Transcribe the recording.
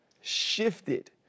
shifted